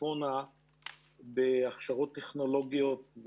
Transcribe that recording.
וצפונה בהכשרות טכנולוגיות,